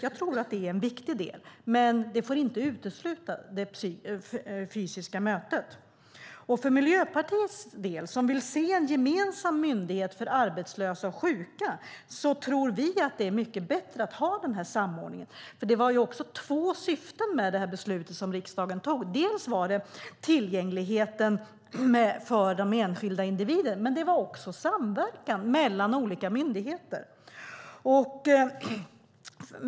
Jag tror att det är viktigt, men det får inte utesluta det fysiska mötet. Miljöpartiet vill se en gemensam myndighet för arbetslösa och sjuka och tror att det är mycket bättre med den här samordningen. Det var ju två syften med det beslut som riksdagen fattade. Det handlade både om tillgängligheten för den enskilda individen och om samverkan mellan olika myndigheter.